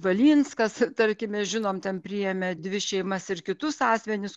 valinskas tarkime žinom ten priėmė dvi šeimas ir kitus asmenis